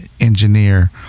engineer